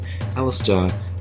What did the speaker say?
Alistair